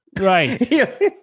right